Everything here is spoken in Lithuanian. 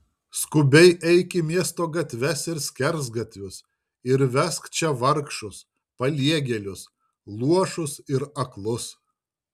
skubiai eik į miesto gatves ir skersgatvius ir vesk čia vargšus paliegėlius luošus ir aklus